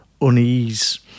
unease